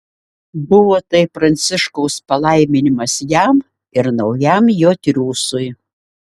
buvo tai pranciškaus palaiminimas jam ir naujam jo triūsui